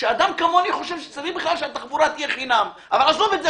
כשאדם כמוני חושב שהתחבורה צריכה להיות חינם.